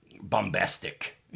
bombastic